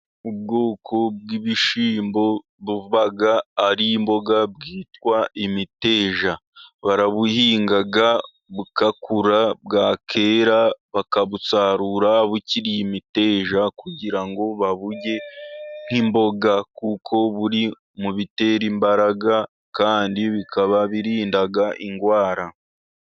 Ubwoko bw'ibishyimbo, buba ari imboga, bwitwa imiteja. Barabuhinga bugakura， bwakwera, bakabusarura bukiri imiteja, kugira ngo baburye nk'imboga, kuko buri mu bitera imbaraga, kandi bikaba birinda indwara.